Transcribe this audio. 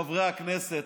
חברי הכנסת,